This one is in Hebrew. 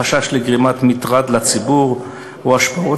החשש לגרימת מטרד לציבור או השפעות